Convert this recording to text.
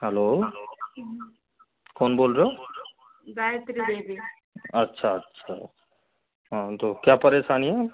hello कौन बोल रहे हो गायत्री देवी अच्छा अच्छा हाँ तो क्या परेशानी है